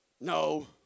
No